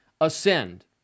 ascend